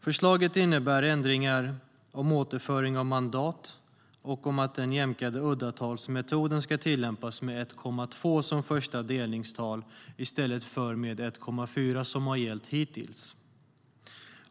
Förslaget innebär ändringar som gäller återföring av mandat och att den jämkade uddatalsmetoden ska tillämpas med 1,2 som första delningstal i stället för med 1,4 som har gällt hittills.